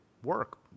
work